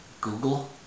Google